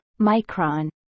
Micron